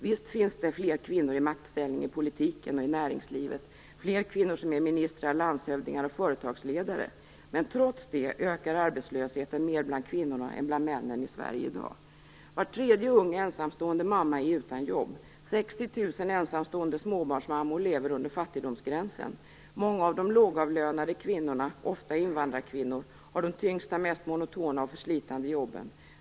Visst finns det fler kvinnor i maktställning i politiken och i näringslivet, fler kvinnor som är ministrar, landshövdingar och företagsledare. Men trots det ökar arbetslösheten mer bland kvinnorna än bland männen i Sverige i dag. Var tredje ung ensamstående mamma är utan jobb. 60 000 ensamstående småbarnsmammor lever under fattigdomsgränsen. Många av de lågavlönade kvinnorna, ofta invandrarkvinnor, har de tyngsta, mest monotona och förslitande jobben.